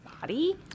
body